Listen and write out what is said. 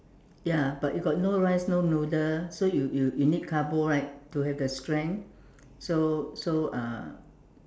ya but if got no rice no noodle so you you you need carbo right to have the strength so so uh